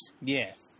Yes